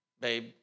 babe